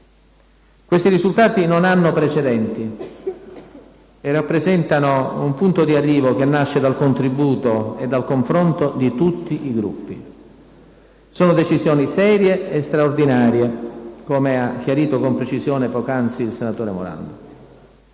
Questi risultati non hanno precedenti e rappresentano un punto di arrivo che nasce dal contributo e dal confronto di tutti i Gruppi. Sono decisioni serie e straordinarie, come ha chiarito con precisione poc'anzi il senatore Morando.